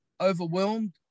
overwhelmed